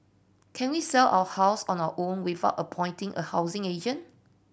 can we sell our house on our own without appointing a housing agent